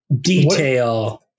detail